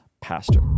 pastor